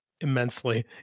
immensely